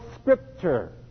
Scripture